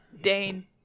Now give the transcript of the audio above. Dane